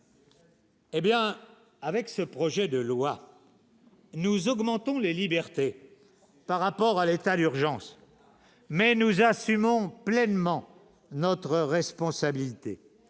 avec ce projet de loi. Nous augmentons les libertés. Par rapport à l'état d'urgence mais nous assumons pleinement notre responsabilité